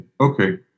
okay